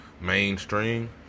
mainstream